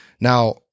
Now